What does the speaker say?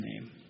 name